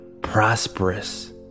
prosperous